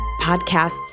podcasts